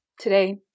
today